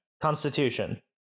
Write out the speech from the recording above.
Constitution